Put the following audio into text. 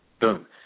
boom